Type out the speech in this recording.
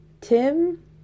Tim